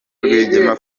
rwigema